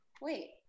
Wait